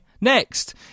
next